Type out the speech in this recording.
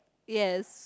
yes